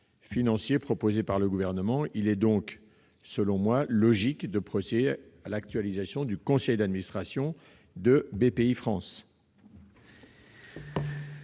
financier proposé par le Gouvernement. Selon moi, il est donc logique de procéder à l'actualisation du Conseil d'administration de Bpifrance.